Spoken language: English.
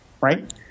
Right